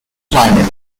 climate